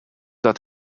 that